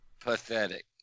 Pathetic